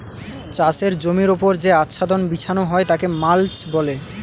চাষের জমির ওপর যে আচ্ছাদন বিছানো হয় তাকে মাল্চ বলে